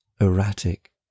erratic